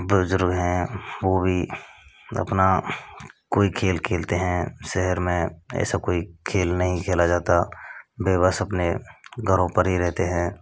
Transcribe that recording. बुज़ुर्ग हैं वह भी अपना कोई खेल खेलते हैं शहर में ऐसा कोई खेल नहीं खेला जाता वह बस अपने घरों पर ही रहते हैं